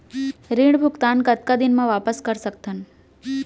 ऋण भुगतान कतका दिन म वापस कर सकथन?